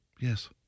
Yes